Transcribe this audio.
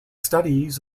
studies